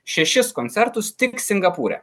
šešis koncertus tik singapūre